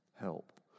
Help